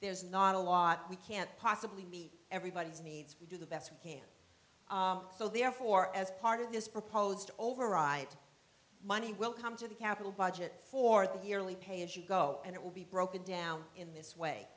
there's not a lot we can't possibly meet everybody's needs we do the best we can so therefore as part of this proposed override money will come to the capital budget for the yearly pay as you go and it will be broken down in this way